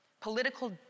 political